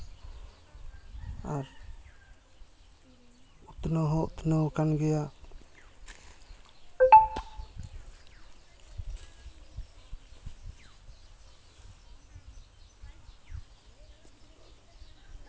ᱟᱨ ᱩᱛᱱᱟᱹᱣ ᱦᱚᱸ ᱩᱛᱱᱟᱹᱣ ᱟᱠᱟᱱ ᱜᱮᱭᱟ